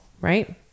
right